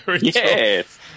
Yes